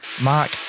Mark